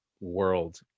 world